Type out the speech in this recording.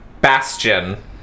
Bastion